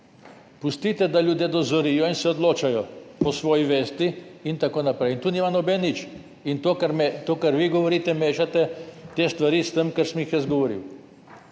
Pustite, da ljudje dozorijo in se odločajo po svoji vesti in tako naprej. Tu nima noben nič. To, kar vi govorite, mešate te stvari s tem, kar sem jaz govoril.